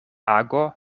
ago